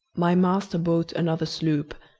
my master bought another sloop,